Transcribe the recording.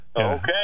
Okay